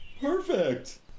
perfect